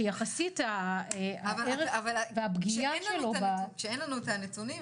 שיחסית הערך והפגיעה שלו ב --- אבל כשאין לנו את הנתונים,